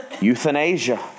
euthanasia